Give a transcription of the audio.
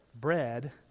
bread